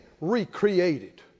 recreated